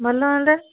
ଭଲ ହୁଅନ୍ତା